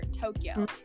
Tokyo